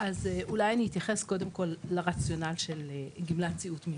אז אולי אני אתייחס קודם כל לרציונל של גמלת סיעוד מלכתחילה.